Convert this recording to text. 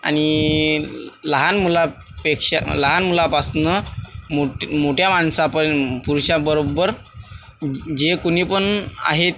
आणि लहान मुलापेक्षा लहान मुलापास्न मो मोठ्या माणसापण पुरुषाबरोबर जे कुणीपण आहेत